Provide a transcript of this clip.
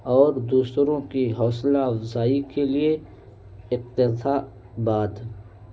اور دوسروں کی حوصلہ افزائی کے لیے اقتباسات